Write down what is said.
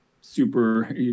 super